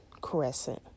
crescent